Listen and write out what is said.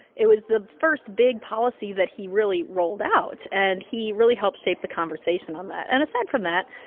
it was the first big policy that he really rolled out, and he really helped shape the conversation on that. and aside from that,